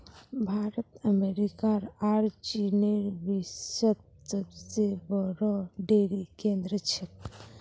भारत अमेरिकार आर चीनेर विश्वत सबसे बोरो डेरी केंद्र छेक